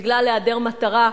בגלל היעדר מטרה,